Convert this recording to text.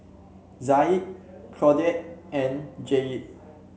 Zaid Claudette and Jaye